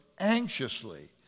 anxiously